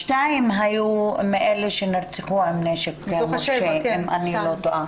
שתיים היו מאלה שנרצחו מנשק לא-מורשה אם אני לא טועה.